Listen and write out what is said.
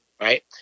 right